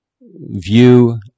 view